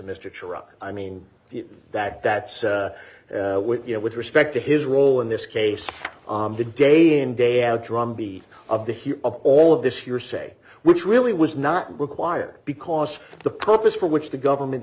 mr i mean that that's what you know with respect to his role in this case the day d in day out drumbeat of the hear all of this your say which really was not required because the purpose for which the government